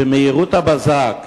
במהירות הבזק,